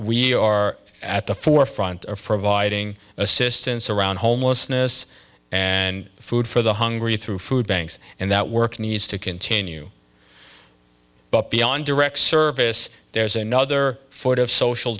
are at the forefront of providing assistance around homelessness and food for the hungry through food banks and that work needs to continue but beyond direct service there's another foot of social